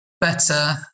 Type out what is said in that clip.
better